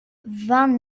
vingt